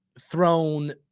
thrown